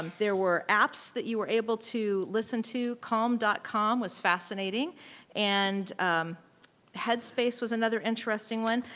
there were apps that you were able to listen to. calm dot com was fascinating and head space was another interesting one.